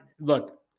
look